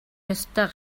ёстой